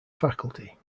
faculty